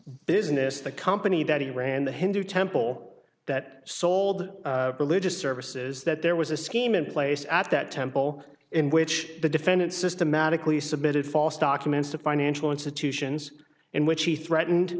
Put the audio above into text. business the company that he ran the hindu temple that sold religious services that there was a scheme in place at that temple in which the defendant systematically submitted false documents to financial institutions in which he threatened